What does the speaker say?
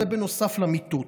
נוסף על מיטות.